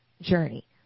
journey